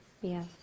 Yes